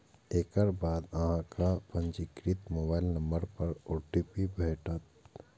एकर बाद अहांक पंजीकृत मोबाइल नंबर पर ओ.टी.पी भेटत